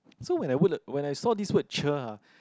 so when I word when I saw this word cher ah